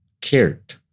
cared